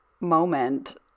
moment